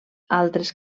altres